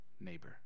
neighbor